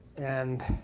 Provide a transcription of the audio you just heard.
and